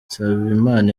nsabimana